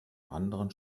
anderen